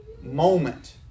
moment